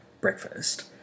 breakfast